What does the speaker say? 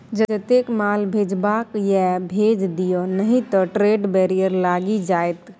जतेक माल भेजबाक यै भेज दिअ नहि त ट्रेड बैरियर लागि जाएत